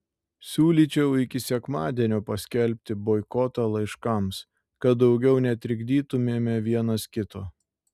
siūlyčiau iki sekmadienio paskelbti boikotą laiškams kad daugiau netrikdytumėme vienas kito